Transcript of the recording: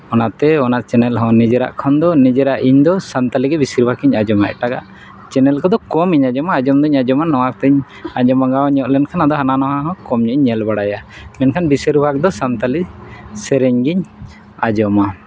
ᱚᱱᱟᱛᱮ ᱚᱱᱟ ᱪᱮᱱᱮᱞ ᱦᱚᱸ ᱱᱤᱡᱮᱨᱟᱜ ᱠᱷᱚᱱ ᱫᱚ ᱱᱤᱡᱮᱨᱟᱜ ᱤᱧᱫᱚ ᱥᱟᱱᱛᱟᱲᱤ ᱜᱮ ᱵᱮᱥᱤᱨ ᱵᱷᱟᱜᱽ ᱤᱧ ᱟᱸᱡᱚᱢᱟ ᱮᱴᱟᱜᱟᱜ ᱪᱮᱱᱞ ᱠᱚᱫᱚ ᱠᱚᱢᱤᱧ ᱟᱸᱡᱚᱢᱟ ᱟᱸᱡᱚᱢ ᱫᱚᱧ ᱟᱸᱡᱚᱢᱟ ᱱᱚᱣᱟᱛᱤᱧ ᱟᱸᱡᱚᱢ ᱢᱟᱜᱟᱣ ᱧᱚᱜ ᱞᱮᱱᱠᱷᱟᱱ ᱦᱟᱱᱟ ᱱᱚᱣᱟ ᱦᱚᱸ ᱠᱚᱢᱧᱚᱜ ᱤᱧ ᱧᱮᱞ ᱵᱟᱲᱟᱭᱟ ᱢᱮᱱᱠᱷᱟᱱ ᱵᱮᱥᱤᱨᱵᱷᱟᱜᱽ ᱫᱚ ᱥᱟᱱᱛᱟᱞᱤ ᱥᱮᱨᱮᱧ ᱜᱤᱧ ᱟᱸᱡᱚᱢᱟ